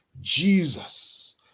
Jesus